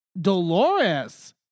Dolores